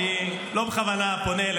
אני לא בכוונה פונה,